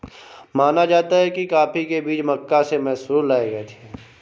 माना जाता है कि कॉफी के बीज मक्का से मैसूर लाए गए थे